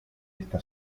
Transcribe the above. esta